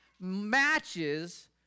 matches